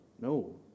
no